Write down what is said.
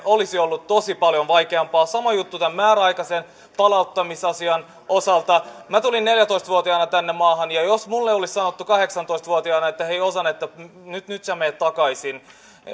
olisi ollut tosi paljon vaikeampaa sama juttu tämän määräaikaisen palauttamisasian osalta minä tulin neljätoista vuotiaana tänne maahan ja jos minulle olisi sanottu kahdeksantoista vuotiaana että hei ozan nyt sinä menet takaisin